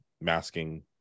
masking